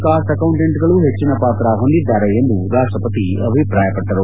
cost ಅಕೌಂಟೆಂಟ್ಗಳು ಹೆಚ್ಚಿನ ಪಾತ್ರ ಹೊಂದಿದ್ದಾರೆ ಎಂದು ರಾಷ್ಟಪತಿ ಅಭಿಪ್ರಾಯಪಟ್ಟರು